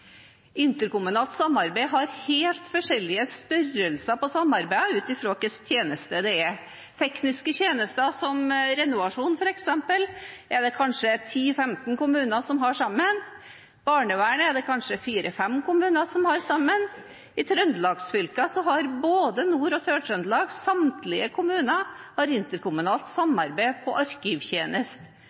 Interkommunalt samarbeid har helt forskjellige størrelser ut fra hvilke tjenester det er. Tekniske tjenester som f.eks. renovasjon er det kanskje 10–15 kommuner som har sammen. Barnevernet er det kanskje 4–5 kommuner som har sammen. I trøndelagsfylkene, både Nord- og Sør-Trøndelag, har samtlige kommuner interkommunalt samarbeid på